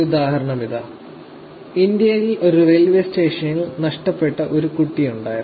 ഒരു ഉദാഹരണം ഇതാ ഇന്ത്യയിൽ ഒരു റെയിൽവേ സ്റ്റേഷനിൽ നഷ്ടപ്പെട്ട ഒരു കുട്ടി ഉണ്ടായിരുന്നു